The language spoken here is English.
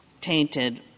tainted